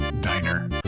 diner